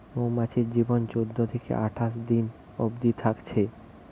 মৌমাছির জীবন চোদ্দ থিকে আঠাশ দিন অবদি থাকছে